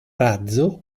razzo